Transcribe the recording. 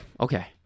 okay